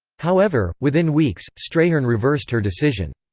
however, within weeks, strayhorn reversed her decision.